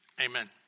amen